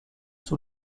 sous